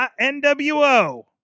NWO